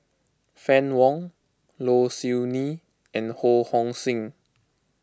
Fann Wong Low Siew Nghee and Ho Hong Sing